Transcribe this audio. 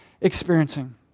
experiencing